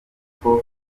kuko